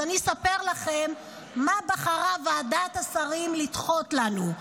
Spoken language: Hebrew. אז אני אספר לכם מה בחרה ועדת השרים לדחות לנו.